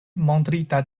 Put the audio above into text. montrita